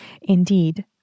Indeed